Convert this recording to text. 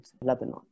Lebanon